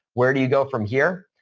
where do you go from here?